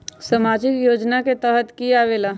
समाजिक योजना के तहद कि की आवे ला?